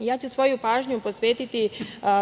redu. Svoju pažnju ću posvetiti